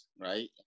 right